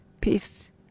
peace